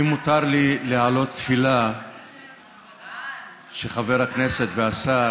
אם מותר לי להעלות תפילה שחבר הכנסת והשר